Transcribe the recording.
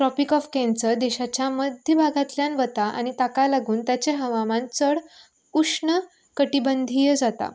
tropic of cancer देशाच्या मध्य भागांतल्यान वता आनी ताका लागून तेचें हवामान चड उश्ण कठिबंदीय जाता